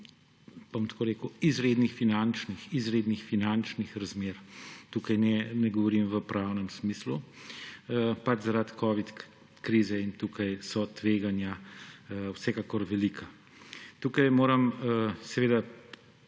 izrednih finančnih razmer. Tukaj ne govorim v pravnem smislu, pač zaradi covid krize in tukaj so tveganja vsekakor velika. Tukaj moram seveda,